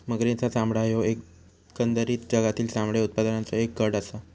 मगरींचा चामडा ह्यो एकंदरीत जगातील चामडे उत्पादनाचों एक गट आसा